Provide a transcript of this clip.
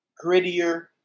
grittier